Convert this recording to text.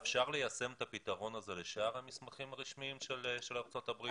אבל אפשר ליישם את הפתרון הזה לכל שאר המסמכים הרשמיים של ארצות הברית?